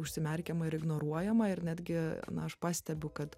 užsimerkiama ir ignoruojama ir netgi na aš pastebiu kad